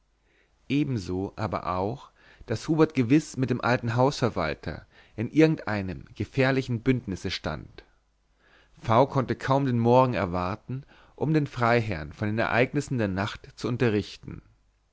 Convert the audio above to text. ebenso aber auch daß hubert gewiß mit dem alten hausverwalter in irgendeinem gefährlichen bündnisse stand v konnte kaum den morgen erwarten um den freiherrn von den ereignissen der nacht zu unterrichten